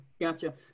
gotcha